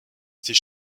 ces